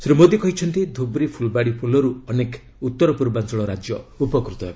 ଶ୍ରୀ ମୋଦୀ କହିଛନ୍ତି ଧୁବ୍ରି ଫୁଲବାଡ଼ି ପୋଲରୁ ଅନେକ ଉତ୍ତର ପୂର୍ବାଞ୍ଚଳ ରାଜ୍ୟ ଉପକୂତ ହେବ